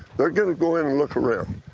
they're going to go in and look around.